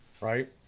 right